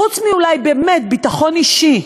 חוץ מאולי באמת ביטחון אישי,